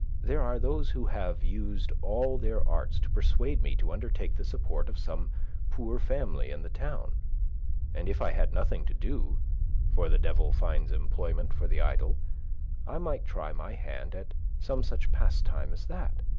there are those who have used all their arts to persuade me to undertake the support of some poor family in the town and if i had nothing to do for the devil finds employment for the idle i might try my hand at some such pastime as that.